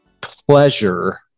pleasure